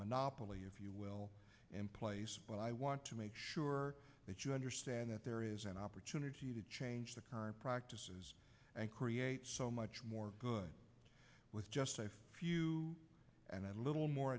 monopoly if you will but i want to make sure that you understand that there is an opportunity to change the current practice and create so much more good with just a few and a little more